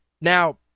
Now